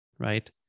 Right